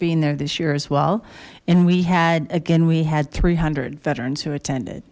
being there this year as well and we had again we had three hundred veterans who attended